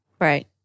Right